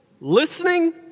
listening